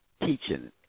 teaching